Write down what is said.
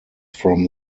from